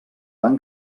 van